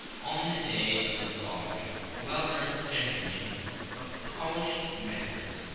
on the day of the robbery a well-dressed gentleman of polished manners,